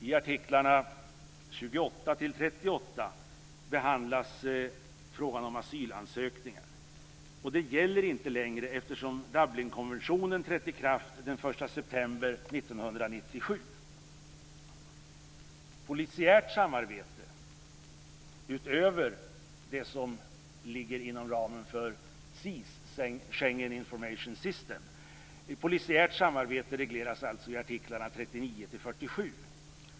I artiklarna 28-38 behandlas frågan om asylansökningar. De gäller inte längre eftersom Dublinkonventionen trätt i kraft den 1 september 1997. Polisiärt samarbete, utöver det som ligger inom ramen för SIS, Schengen Information System, regleras i artiklarna 39-47.